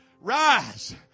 Rise